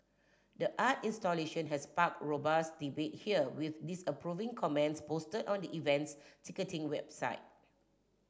the art installation had sparked robust debate here with disapproving comments posted on the event's ticketing website